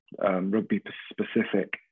rugby-specific